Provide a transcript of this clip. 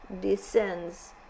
descends